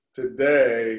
today